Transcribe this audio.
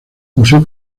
museo